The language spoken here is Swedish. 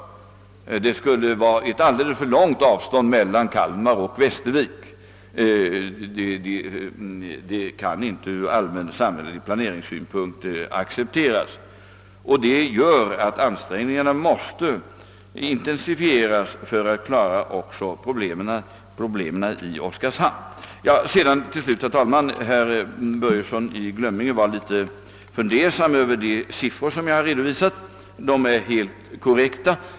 Avståndet mellan Kalmar och Västervik är alldeles för stort; det kan inte accepteras ur samhällelig planeringssynpunkt. Ansträngningarna måste därför intensifieras för att klara problemen i Oskarshamn. Herr Börjesson i Glömminge ställde sig litet undrande till de arbetslöshetssiffror som jag redovisat. De är alldeles korrekta.